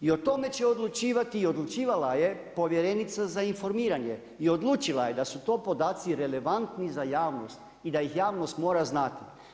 I o otme će odlučivati i odlučivala je povjerenica za informiranje i odlučila je da su to podaci relevantni za javnost i da ih javnost mora znati.